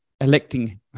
electing